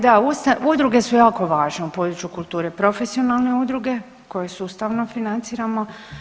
Da, udruge su jako važne u području kulture, profesionalne udruge koje sustavno financiramo.